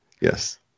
Yes